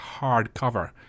hardcover